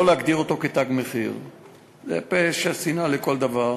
לא להגדיר אותו "תג מחיר"; זה פשע שנאה לכל דבר.